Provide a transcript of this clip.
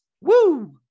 Woo